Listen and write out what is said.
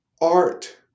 art